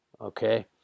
Okay